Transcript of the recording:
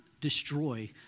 destroy